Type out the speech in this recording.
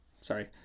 sorry